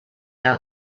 out